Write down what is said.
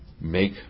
make